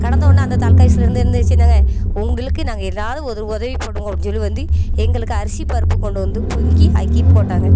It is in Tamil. கடந்தோன்னே அந்த தாலுக்கா ஆஃபீஸ்ல இருந்து வந்து என்ன செஞ்சாங்க உங்களுக்கு நாங்கள் ஏதாவது ஒரு உதவி பண்ணுவோம் அப்படின்னு சொல்லி வந்து எங்களுக்கு அரிசி பருப்பு கொண்டு வந்து பொங்கி ஆக்கி போட்டாங்க